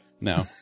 No